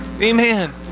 Amen